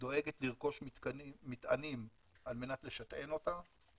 דואגת לרכוש מטענים על מנת לשטען אותה